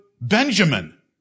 Benjamin